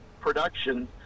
production